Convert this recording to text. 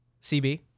CB